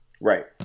right